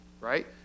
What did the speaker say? Right